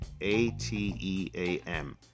A-T-E-A-M